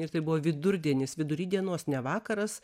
ir tai buvo vidurdienis vidury dienos ne vakaras